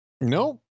No